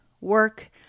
work